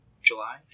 July